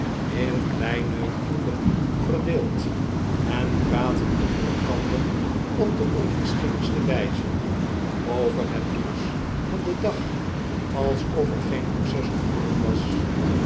in kleine groepen verdeeld en praa'tten onder elkander op de onverschilligste wijze over het nieuws van den dag alsof er geen proces ophanden was